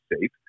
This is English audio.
safe